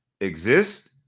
exist